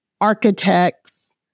architects